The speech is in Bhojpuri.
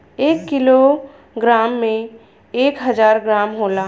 एक कीलो ग्राम में एक हजार ग्राम होला